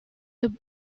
the